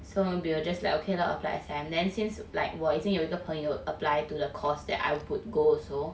so we will just like okay lor apply S_I_M then since like 我已经有一个朋友 apply to the course that I would go also